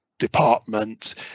department